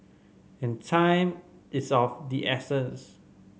and time is of the essence